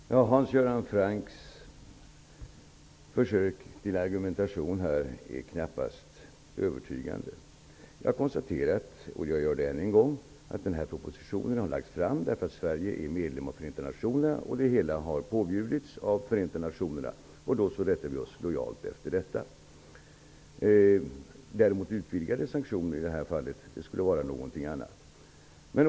Herr talman! Hans Göran Francks försök till argumentation är knappast övertygande. Jag konstaterar än en gång att propositionen lagts fram därför att Sverige är medlem av Förenta nationerna. Det hela har påbjudits av Förenta nationerna, och då rättar vi oss lojalt efter det. Däremot skulle ytterligare sanktioner i detta fall vara någonting annat.